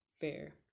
fair